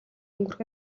өнгөрөх